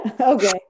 Okay